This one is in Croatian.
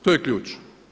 To je ključ.